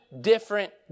different